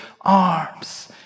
arms